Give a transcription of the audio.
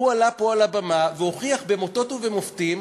הוא עלה פה על הבמה והוכיח באותות ובמופתים